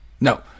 No